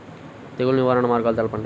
తెగులు నివారణ మార్గాలు తెలపండి?